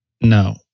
No